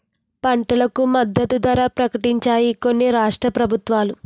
పంటలకు మద్దతు ధర ప్రకటించాయి కొన్ని రాష్ట్ర ప్రభుత్వాలు